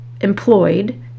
employed